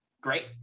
great